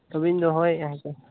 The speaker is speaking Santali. ᱛᱚᱵᱮᱧ ᱫᱚᱦᱚᱭᱮᱫᱼᱟ ᱦᱮᱸᱥᱮ